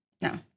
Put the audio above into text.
No